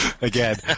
again